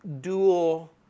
dual